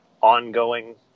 ongoing